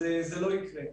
זה לא יקרה.